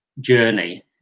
journey